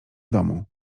domu